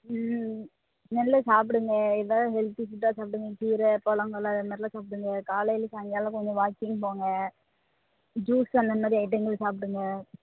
ம் நல்லா சாப்பிடுங்க எதாவது ஹெல்த்தி ஃபுட்டாக சாப்பிடுங்க கீரை பழங்கள் இது மாதிரிலாம் சாப்பிடுங்க காலையில் சாயங்காலம் கொஞ்சம் வாக்கிங் போங்க ஜூஸ் அந்த மாதிரி ஐட்டங்கள் சாப்பிடுங்க